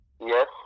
Yes